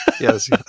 Yes